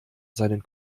seinen